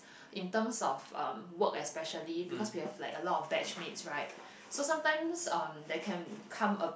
in terms of um work especially because we have like a lot of batchmates right so sometimes um there can come a